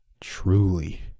truly